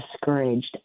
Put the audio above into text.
discouraged